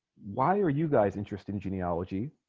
why are you guys interested in genealogy?